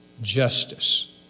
justice